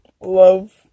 love